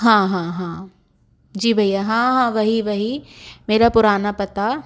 हाँ हाँ हाँ जी भैया हाँ हाँ वही वही मेरा पुराना पता